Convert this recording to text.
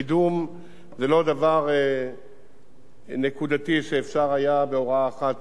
זה לא דבר נקודתי שאפשר היה בהוראה אחת לפתור אותו.